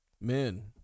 men